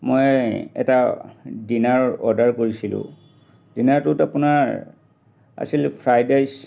মই এটা dinner order কৰিছিলোঁ ডিনাৰটোত আপোনাৰ আছিল ফ্ৰাইড ৰাইচ